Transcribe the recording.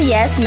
Yes